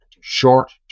short